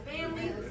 family